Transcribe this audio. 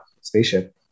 spaceship